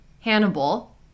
Hannibal